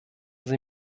sie